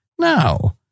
No